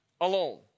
alone